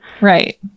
Right